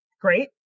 great